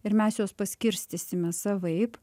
ir mes juos paskirstysime savaip